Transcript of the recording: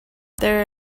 there